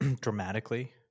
dramatically